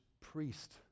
priest